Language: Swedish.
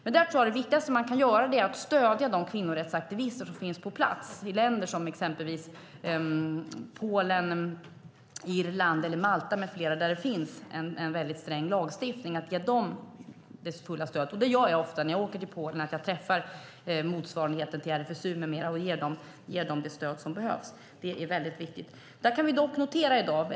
Men där tror jag att det viktigaste man kan göra är att stödja de kvinnorättsaktivister som finns på plats i länder som exempelvis Polen, Irland eller Malta, där det finns en väldigt sträng lagstiftning. Det handlar om att ge dem sitt fulla stöd. Det gör jag ofta när jag åker till Polen. Jag träffar motsvarigheten till RFSU med flera och ger dem det stöd som behövs. Det är väldigt viktigt. Vi kan dock notera något i dag.